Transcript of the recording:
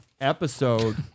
episode